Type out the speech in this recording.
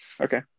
Okay